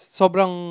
sobrang